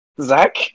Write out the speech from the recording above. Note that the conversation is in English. Zach